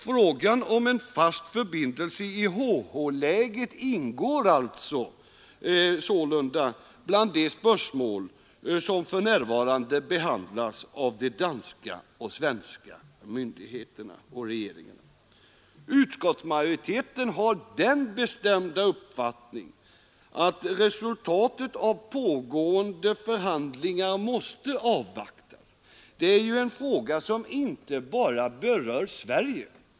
Frågan om en fast förbindelse i HH-läget ingår sålunda bland de spörsmål som för närvarande behandlas av de danska och svenska myndigheterna och regeringarna. Utskottsmajoriteten har den bestämda uppfattningen att resultatet av pågående förhandlingar måste avvaktas — det är ju en fråga som inte bara berör Sverige.